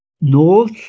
North